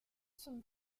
son